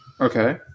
Okay